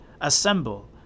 Assemble